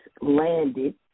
landed